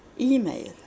email